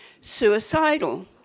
suicidal